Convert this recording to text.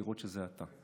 כדי לראות שזה אתה.